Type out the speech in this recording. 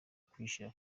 kwishira